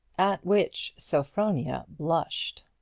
at which sophronia blushed.